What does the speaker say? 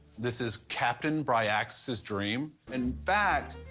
this is captain bryaxis's dream. in fact,